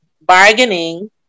bargaining